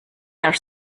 are